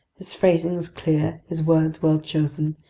his phrasing was clear, his words well chosen,